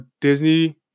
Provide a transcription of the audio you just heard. Disney